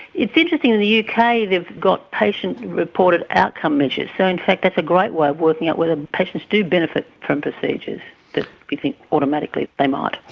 it's interesting, in the uk kind of they've got patient reported outcome measures. so in fact that's a great way of working out whether patients do benefit from procedures that we think automatically they might.